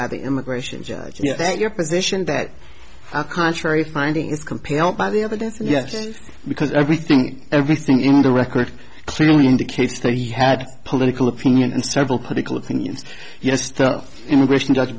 by the immigration judge that your position that a contrary finding is compelled by the evidence yes because everything everything in the record clearly indicates that he had political opinion and several political opinions yes the immigration judge